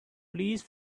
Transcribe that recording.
please